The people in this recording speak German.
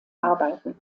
arbeiten